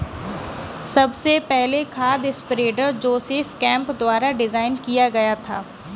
सबसे पहला खाद स्प्रेडर जोसेफ केम्प द्वारा डिजाइन किया गया था